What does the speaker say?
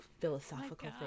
philosophical